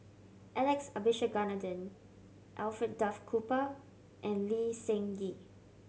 Alex Abisheganaden Alfred Duff Cooper and Lee Seng Gee